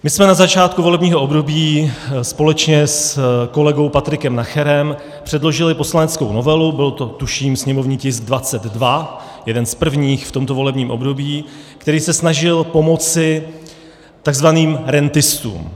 My jsme na začátku volebního období společně s kolegou Patrikem Nacherem předložili poslaneckou novelu, byl to tuším sněmovní tisk 22, jeden z prvních v tomto volebním období, který se snažil pomoci takzvaným rentistům.